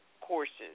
courses